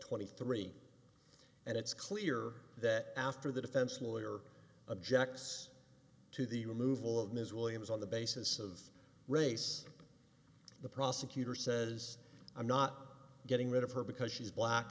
twenty three and it's clear that after the defense lawyer objects to the removal of ms williams on the basis of race the prosecutor says i'm not getting rid of her because she's block